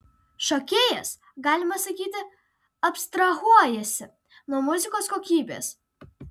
šokėjas galima sakyti abstrahuojasi nuo muzikos kokybės